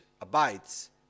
abides